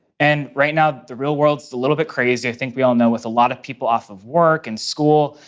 and right now, the real world is a little bit crazy. i think we all know, with a lot of people off of work and school,